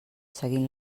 seguint